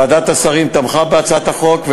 ועדת השרים תמכה בהצעת החוק,